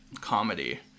comedy